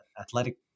athletic